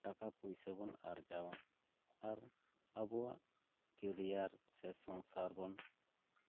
ᱴᱟᱠᱟ ᱯᱚᱭᱥᱟ ᱵᱚᱱ ᱟᱨᱡᱟᱣᱟ ᱟᱨ ᱟᱵᱚᱣᱟᱜ ᱠᱮᱨᱤᱭᱟᱨ ᱥᱮ ᱥᱚᱝᱥᱟᱨ ᱵᱚᱱ